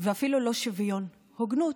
ואפילו לא שוויון, הוגנות.